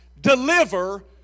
deliver